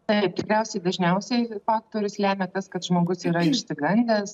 taip tikriausiai dažniausiai faktorius lemia tas kad žmogus yra išsigandęs